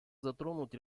затронуть